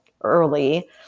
early